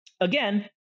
again